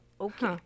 Okay